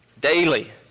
Daily